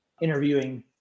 interviewing